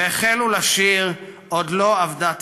והחלו לשיר "עוד לא אבדה תקוותנו".